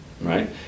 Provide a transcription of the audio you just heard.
right